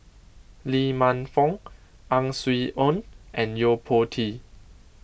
Lee Man Fong Ang Swee Aun and Yo Po Tee